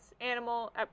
Animal